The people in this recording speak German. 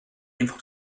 einfach